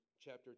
chapter